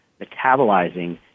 metabolizing